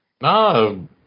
no